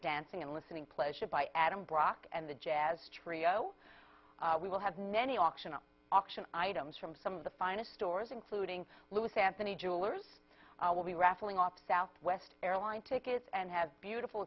dancing and listening pleasure by adam brock and the jazz trio we will have many optional auction items from some of the finest stores including louis anthony jewelers will be raffling off southwest airline tickets and have beautiful